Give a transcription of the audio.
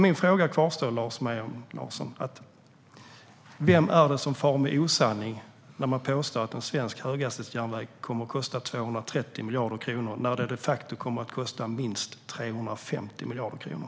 Min fråga kvarstår, Lars Mejern Larsson: Vem är det som far med osanning när man påstår att en svensk höghastighetsjärnväg kommer att kosta 230 miljarder kronor när det de facto kommer att kosta minst 350 miljarder kronor?